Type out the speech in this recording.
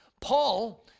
Paul